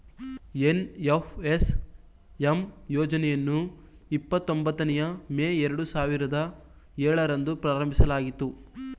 NFSM ಯೋಜನೆಯನ್ನು ಇಪ್ಪತೊಂಬತ್ತನೇಯ May ಎರಡು ಸಾವಿರದ ಏಳರಂದು ಪ್ರಾರಂಭಿಸಲಾಯಿತು